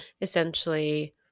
essentially